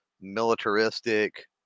militaristic